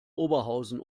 oberhausen